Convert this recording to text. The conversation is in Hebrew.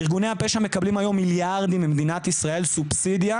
ארגוני הפשע מקבלים היום מיליארדים ממדינת ישראל כסובסידיה